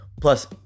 Plus